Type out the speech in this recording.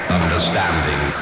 understanding